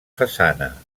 façana